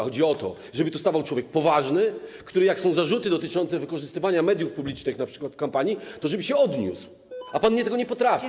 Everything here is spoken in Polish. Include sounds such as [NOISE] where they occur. Chodzi o to, żeby tu stawał człowiek poważny, który, gdy są zarzuty dotyczące wykorzystywania mediów publicznych np. w kampanii, do tego się odniesie, [NOISE] a pan tego nie potrafi.